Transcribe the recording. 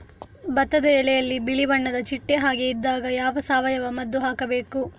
ಭತ್ತದ ಎಲೆಯಲ್ಲಿ ಬಿಳಿ ಬಣ್ಣದ ಚಿಟ್ಟೆ ಹಾಗೆ ಇದ್ದಾಗ ಯಾವ ಸಾವಯವ ಮದ್ದು ಹಾಕಬೇಕು?